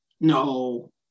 No